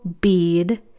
bead